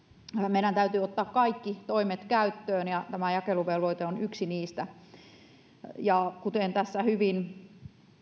meidän täytyy ottaa kaikki toimet käyttöön ja jakeluvelvoite on yksi niistä kuten tässä hyvin